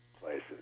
places